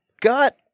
got